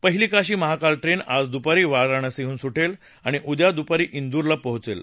पहिली काशी महाकाल ट्रेन आज दुपारी वाराणसीहून सुर्जि आणि उद्या दुपारी इंदूरला पोहोचेल